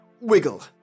Wiggle